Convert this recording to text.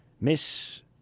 Miss